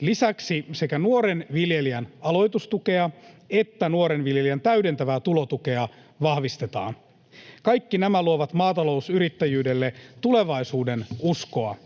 Lisäksi sekä nuoren viljelijän aloitustukea että nuoren viljelijän täydentävää tulotukea vahvistetaan. Kaikki nämä luovat maatalousyrittäjyydelle tulevaisuudenuskoa.